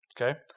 Okay